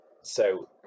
So-